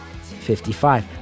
55